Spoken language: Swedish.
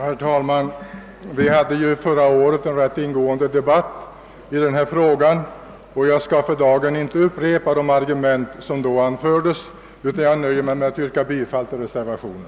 Herr talman! Vi hade förra året en rätt ingående debatt i denna fråga. Jag skall för dagen inte upprepa de argument som då anfördes, utan jag nöjer mig med att yrka bifall till reservationen.